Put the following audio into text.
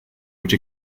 which